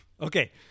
Okay